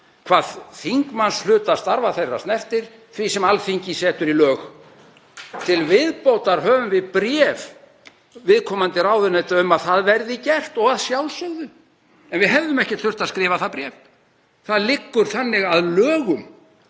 hvað þingmannshluta starfa þeirra snertir, því sem Alþingi setur í lög. Til viðbótar höfum við bréf viðkomandi ráðuneyta um að það verði gert, að sjálfsögðu, en við hefðum ekkert þurft að skrifa það bréf. Það liggur þannig að lögum